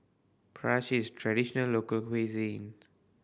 prata cheese is a traditional local cuisine